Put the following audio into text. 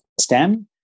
STEM